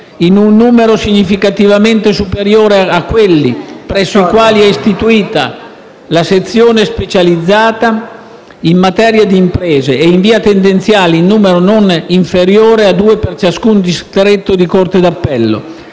in un numero significativamente superiore a quelli presso i quali è istituita la sezione specializzata in materia di impresa e, in via tendenziale, in numero non inferiore a due per ciascun distretto di Corte di appello,